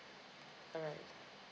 alright